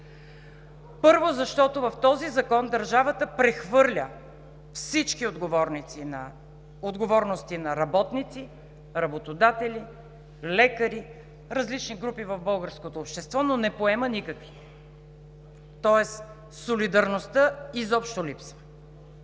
Първо, защото в този закон държавата прехвърля всички отговорности на работници, работодатели, лекари, различни групи в българското общество, но не поема никакви. Тоест солидарността изобщо липсва!